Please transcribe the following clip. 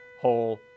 whole